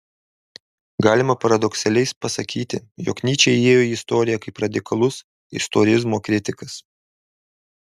galima paradoksaliai pasakyti jog nyčė įėjo į istoriją kaip radikalus istorizmo kritikas